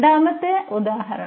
രണ്ടാമത്തെ ഉദാഹരണം